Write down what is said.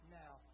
now